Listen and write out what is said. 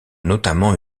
notamment